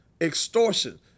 extortion